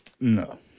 No